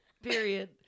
Period